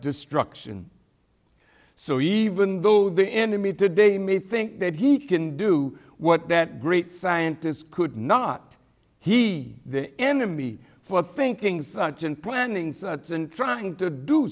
destruction so even though the enemy today may think that he can do what that great scientists could not he the enemy for thinking such and planning and trying to do